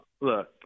look